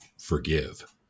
forgive